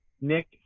Nick